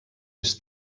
més